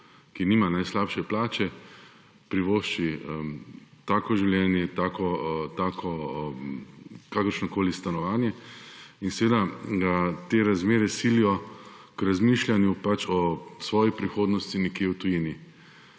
ki nima najslabše plače, privošči takšno življenje, kakršnokoli stanovanje. Seveda te razmere silijo k razmišljanju o svoji prihodnosti nekje v tujini.